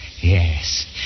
yes